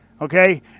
okay